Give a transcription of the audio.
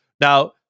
Now